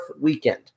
weekend